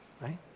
Right